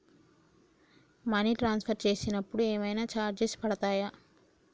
Money transfer చేసినప్పుడు ఏమైనా charges పడతయా?